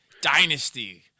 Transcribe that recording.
dynasty